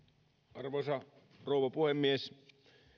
arvoisa rouva puhemies